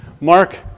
Mark